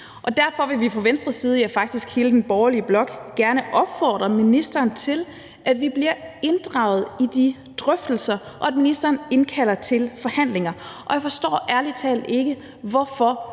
Derfor vil vi fra Venstres, ja, faktisk fra hele den borgerlige bloks side gerne opfordre ministeren til, at vi bliver inddraget i de drøftelser, og at ministeren indkalder til forhandlinger. Jeg forstår ærlig talt ikke, hvorfor